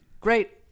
Great